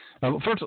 First